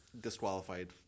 disqualified